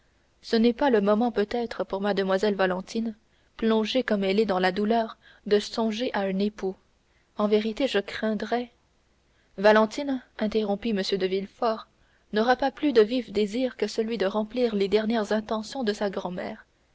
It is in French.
ce n'est pas le moment peut-être pour mlle valentine plongée comme elle est dans la douleur de songer à un époux en vérité je craindrais valentine interrompit m de villefort n'aura pas de plus vif désir que celui de remplir les dernières intentions de sa grand-mère